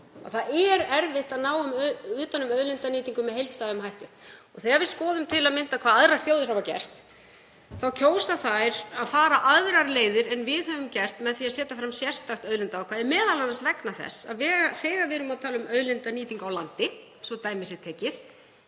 það er erfitt að ná utan um auðlindanýtingu með heildstæðum hætti. Þegar við skoðum til að mynda hvað aðrar þjóðir hafa gert þá kjósa þær að fara aðrar leiðir en við höfum gert með því að setja fram sérstakt auðlindaákvæði, m.a. vegna þess að þegar við erum að tala um auðlindanýtingu á landi, svo dæmi sé tekið,